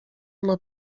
ona